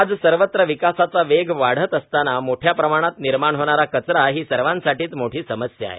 आज सर्वत्र विकासाचा वेग वाढत असतानाच मोठया प्रमाणात निर्माण होणारा कचरा ही सर्वांसाठीच मोठी समस्या आहे